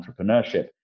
entrepreneurship